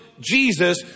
Jesus